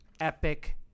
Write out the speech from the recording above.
epic